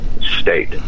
state